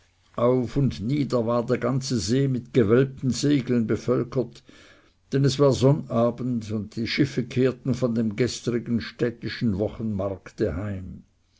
auf und nieder war der ganze see mit gewölbten segeln bevölkert denn es war sonnabend und die schiffe kehrten von dem gestrigen städtischen wochenmarkte heim